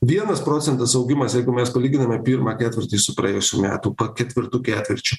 vienas procentas augimas jeigu mes palyginame pirmą ketvirtį su praėjusių metų ketvirtu ketvirčiu